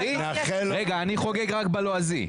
רגע אני חוגג רק בלועזי.